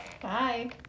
Bye